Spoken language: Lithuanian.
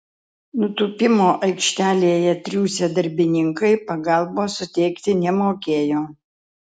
nutūpimo aikštelėje triūsę darbininkai pagalbos suteikti nemokėjo